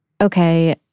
okay